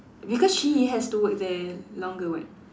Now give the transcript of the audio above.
because she has to work there longer [what]